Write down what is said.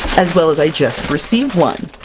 as well as i just received one!